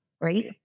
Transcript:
right